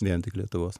vien tik lietuvos